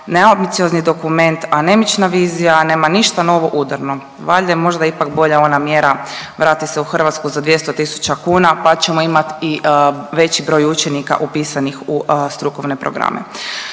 neambiciozni dokument, anemična vizija, a nema ništa novo udarno, valjda je možda ipak bolja ona mjera vrati se u Hrvatsku za 200 tisuća kuna, pa ćemo imat i veći broj učenika upisanih u strukovne programe.